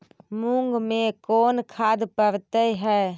मुंग मे कोन खाद पड़तै है?